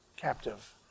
captive